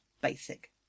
basic